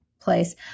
place